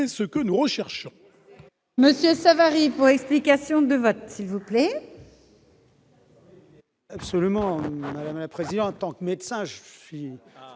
ce que nous recherchons